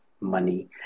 money